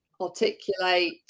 articulate